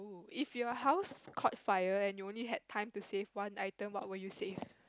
if your house caught fire and you only had time to save one item what will you save